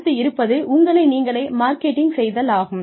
அடுத்து இருப்பது உங்களை நீங்களே மார்க்கெட்டிங் செய்தல் ஆகும்